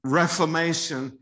reformation